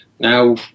Now